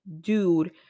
dude